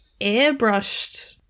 airbrushed